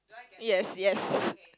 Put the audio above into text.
yes yes